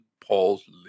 Paul's